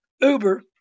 Uber